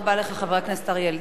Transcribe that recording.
ביקש שר הפנים,